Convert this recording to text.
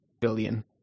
billion